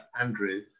Andrew